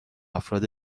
افراد